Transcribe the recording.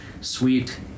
sweet